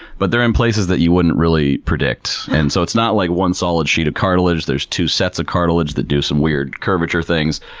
but they are in places that you wouldn't really predict. and so, it's not like one solid sheet of cartilage. there's two sets of cartilage that do some weird curvature things.